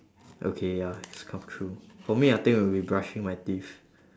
okay ya it's kind of true for me I think it'll be brushing my teeth